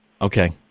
Okay